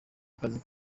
akazi